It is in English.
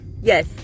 Yes